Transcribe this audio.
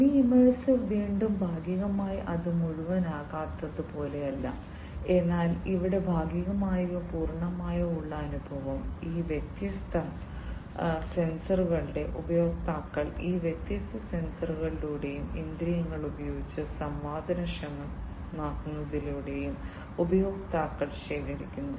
semi immersive വീണ്ടും ഭാഗികമായി അത് മുഴുവനാകാത്തത് പോലെയല്ല എന്നാൽ ഇവിടെ ഭാഗികമായോ പൂർണ്ണമായോ ഉള്ള അനുഭവം ഈ വ്യത്യസ്ത സെൻസറുകളിലൂടെയും ഉപയോക്താക്കൾ ഈ വ്യത്യസ്ത സെൻസറുകളിലൂടെയും ഇന്ദ്രിയങ്ങൾ ഉപയോഗിച്ച് സംവേദനക്ഷമമാക്കുന്നതിലൂടെയും ഉപയോക്താക്കൾ ശേഖരിക്കുന്നു